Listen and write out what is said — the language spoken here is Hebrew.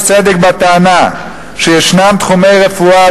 יש צדק בטענה שישנם תחומי רפואה,